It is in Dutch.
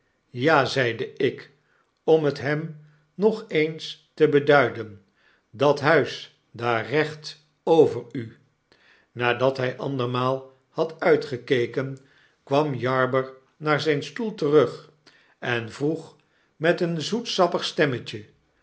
ja zeide ik om het hem nog eens te beduiden dat huis daar recht over u nadat hy anderaiaal had uitgekeken kwam jarber naar zyn stoel terug en vroeg met een zoetsappig stemmetje